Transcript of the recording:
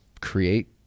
create